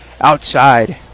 outside